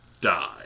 die